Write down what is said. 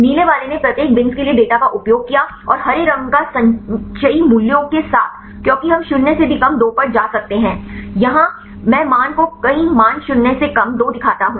नीले वाले ने प्रत्येक बिन्स के लिए डेटा का उपयोग किया और हरे रंग का संचयी मूल्यों के साथ क्योंकि हम शून्य से भी कम 2 पर जा सकते हैं यहां मैं मान को कई मान शून्य से कम 2 दिखाता हूं